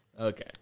Okay